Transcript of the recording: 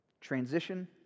Transition